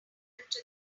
lot